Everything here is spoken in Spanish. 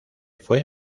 fue